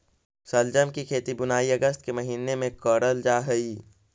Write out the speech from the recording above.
शलजम की खेती बुनाई अगस्त के महीने में करल जा हई